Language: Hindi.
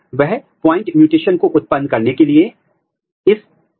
एक बार एंटीसेंस आरएनए प्रोब के साथ प्रोब की जाती है तो आप एंटीबॉडी का उपयोग करते हैं